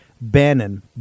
Bannon